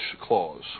clause